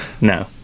No